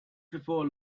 before